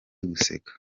guseka